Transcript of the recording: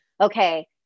okay